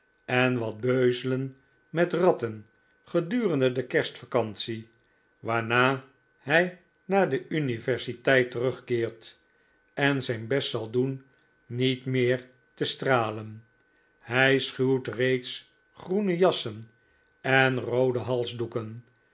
en wat beuzelen met ratten gedurende de kerstvacantie waarna hij naar de universiteit terugkeert en zijn best zal doen niet weer te stralen hij schuwt reeds groene jassen en roode